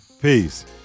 peace